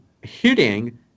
hitting